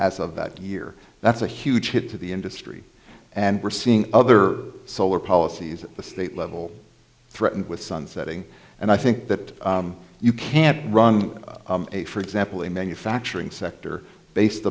as of that year that's a huge hit to the industry and we're seeing other solar policies at the state level threatened with sunsetting and i think that you can't run a for example a manufacturing sector based